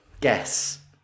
Guess